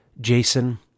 Jason